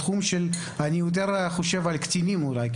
אני יותר חושב על קטינים, אולי.